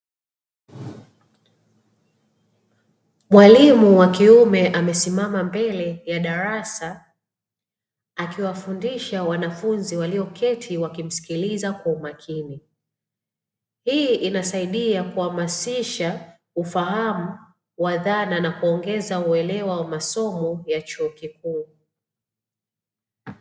Mwalimu wakiume amesimama mbele ya darasa akiwafundisha wanafunzi walioketi wakimsikiliza kwa umakini. Hii inasaidia kuhamasisha ufahamu wa dhana na kuongeza uelewa wa masomo ya chuo kikuu.